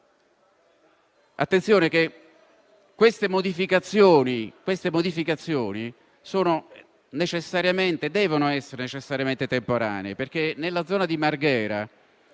Attenzione, perché queste modificazioni devono essere necessariamente temporanee, perché per arrivare a